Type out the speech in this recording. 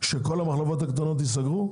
שכל המחלבות הקטנות ייסגרו?